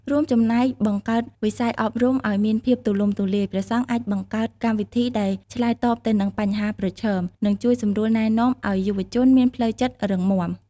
រួមចំណែក បង្កើនវិស័យអប់រំឲ្យមានភាពទូលំទូលាយ ព្រះសង្ឃអាចបង្កើតកម្មវិធីដែលឆ្លើយតបទៅនឹងបញ្ហាប្រឈម និងជួយសម្រួលណែនាំឲ្យយុវជនមានផ្លូវចិត្តរឹងមាំ។